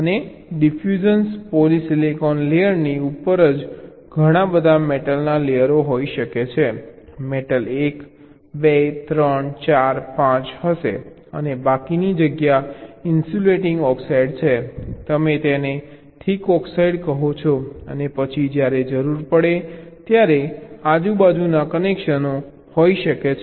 અને ડિફ્યુઝન અને પોલિસીલીકોન લેયરની ઉપર જ ઘણા બધા મેટલના લેયરો હોઈ શકે છે મેટલ 1 મેટલ 2 3 4 5 હશે અને બાકીની જગ્યા ઇન્સ્યુલેટીંગ ઓક્સાઇડ છે તમે તેને થિક ઓક્સાઇડ કહો છો અને પછી જ્યારે જરૂર પડે ત્યારે આજુબાજુના કનેક્શનો હોઈ શકે છે